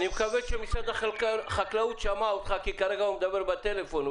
אני מקווה שמשרד החקלאות שמע אותך כי כרגע הוא מדבר בטלפון.